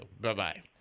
Bye-bye